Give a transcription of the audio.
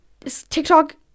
tiktok